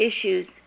issues